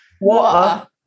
Water